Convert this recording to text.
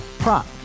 Prop